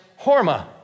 Horma